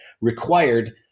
required